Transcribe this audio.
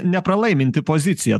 nepralaiminti pozicija